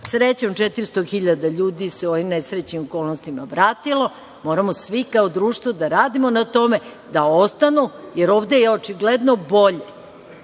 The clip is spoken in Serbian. Srećom, 400.000 ljudi se u ovim nesrećnim okolnostima vratilo. Moramo svi kao društvo da radimo na tome da ostanemo, jer ovde je očigledno bolje.